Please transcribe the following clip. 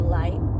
light